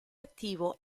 attivo